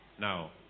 Now